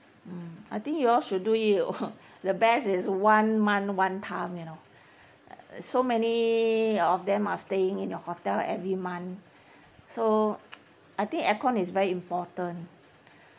hmm I think you all should do it the best is one month one time you know so many of them are staying in your hotel every month so I think aircon is very important